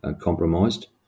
compromised